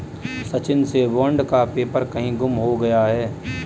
सचिन से बॉन्ड का पेपर कहीं गुम हो गया है